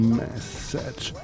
message